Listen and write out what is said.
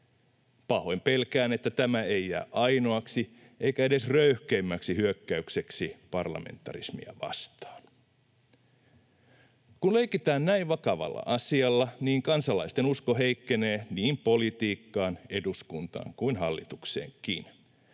Pahoin pelkään, että tämä ei jää ainoaksi eikä edes röyhkeimmäksi hyökkäykseksi parlamentarismia vastaan. Kun leikitään näin vakavalla asialla, niin kansalaisten usko heikkenee niin politiikkaan, eduskuntaan kuin hallitukseenkin.